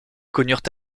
connurent